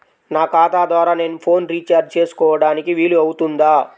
నా ఖాతా ద్వారా నేను ఫోన్ రీఛార్జ్ చేసుకోవడానికి వీలు అవుతుందా?